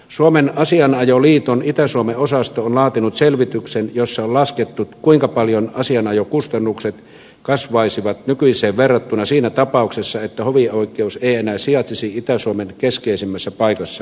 suomen asianajajaliiton itä suomen osasto on laatinut selvityksen jossa on laskettu kuinka paljon asianajokustannukset kasvaisivat nykyiseen verrattuna siinä tapauksessa että hovioikeus ei enää sijaitsisi itä suomen keskeisimmässä paikassa kuopiossa